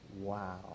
Wow